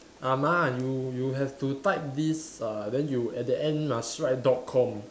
ah-ma you you have to type this uh then you at the end must write dot com